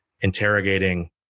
interrogating